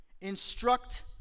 Instruct